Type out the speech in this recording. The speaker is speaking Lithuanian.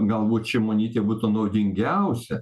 galbūt šimonytei būtų naudingiausia